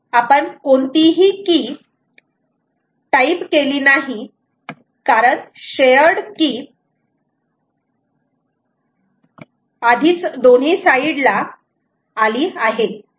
आपण कोणतीही key type केली नाही कारण शेअर्ड की आधीच दोन्ही साईड ला आली आहे